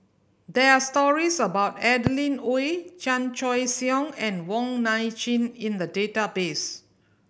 there are stories about Adeline Ooi Chan Choy Siong and Wong Nai Chin in the database